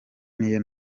niyo